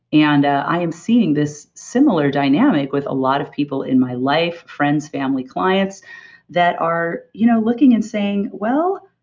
and i am seeing this similar dynamic with a lot of people in my life, friends, family, clients that are you know looking and saying, well,